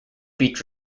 beach